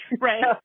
Right